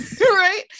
right